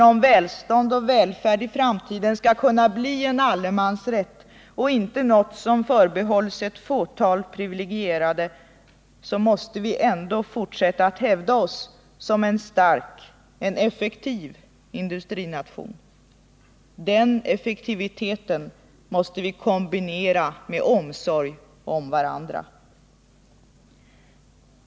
Om välstånd och välfärd i framtiden skall kunna bli ”allemansrätt” och inte något som förbehålls ett fåtal privilegierade, måste vi ändå fortsätta att hävda oss som en stark, effektiv industrination. Den effektiviteten måste vi kombinera med omsorg om varandra.